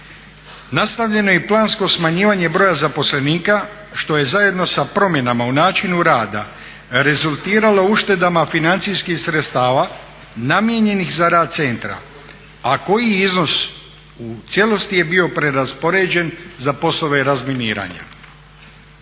Nastavljeno je i plansko smanjivanje broja zaposlenika što je zajedno sa promjenama u načinu rada rezultiralo uštedama financijskih sredstava namijenjenih za rad centra a koji iznos u cijelosti je bio preraspoređen za poslove razminiranja.